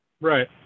Right